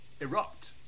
erupt